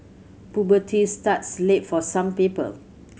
puberty starts late for some people